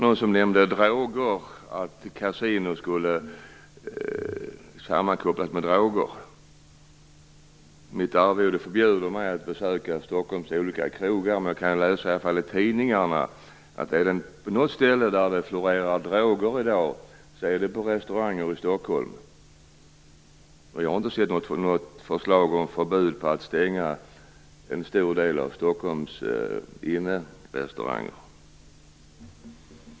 Någon nämnde att kasinon skulle sammankopplas med droger. Mitt arvode förbjuder mig att besöka Stockholms olika krogar, men jag kan läsa i tidningarna att om det är på något ställe som det florerar droger i dag så är det på restauranger i Stockholm. Jag har inte sett något förslag om att stänga en stor del av Stockholms innerestauranger.